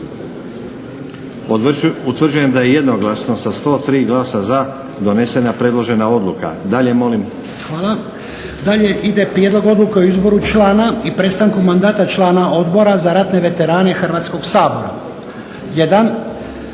Utvrđujem da je jednoglasno sa 103 glasa za donesena predložena odluka. Dalje molim. **Lučin, Šime (SDP)** Hvala. Dalje ide prijedlog Odluke o izboru člana i prestanku mandata člana Odbora za ratne veterane Hrvatskog sabora. Jedan,